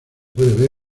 puede